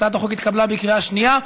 הצעת החוק התקבלה בקריאה שנייה,